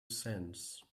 sense